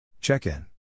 Check-in